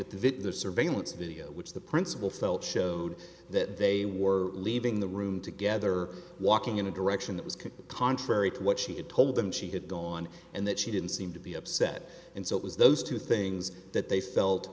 the the surveillance video which the principal felt showed that they were leaving the room together walking in a direction that was could contrary to what she had told them she had gone and that she didn't seem to be upset and so it was those two things that they felt